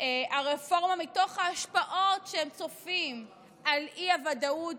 הרפורמה מתוך ההשפעות שהם צופים מהאי-ודאות